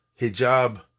hijab